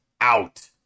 out